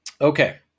Okay